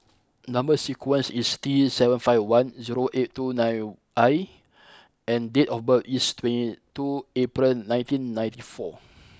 number sequence is T seven five one zero eight two nine I and date of birth is twenty two April nineteen ninety four